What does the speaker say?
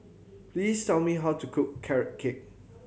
please tell me how to cook Carrot Cake